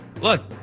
look